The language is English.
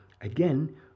Again